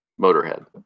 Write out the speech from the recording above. motorhead